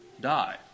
die